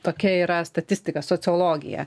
tokia yra statistika sociologija